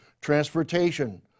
transportation